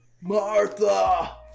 Martha